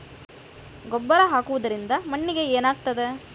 ಗೊಬ್ಬರ ಹಾಕುವುದರಿಂದ ಮಣ್ಣಿಗೆ ಏನಾಗ್ತದ?